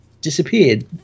disappeared